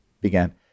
began